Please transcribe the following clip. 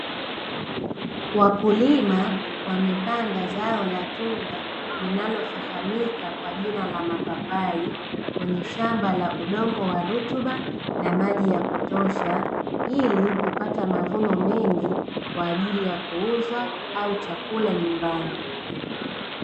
Wakulima wamepanda zao la tunda linalofahamika kwa jina la mapapai, kwenye shamba la udongo wa rutuba na maji ya kutosha ili kupata mavuno mengi kwa ajili ya kuuza au chakula nyumbani.